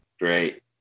Great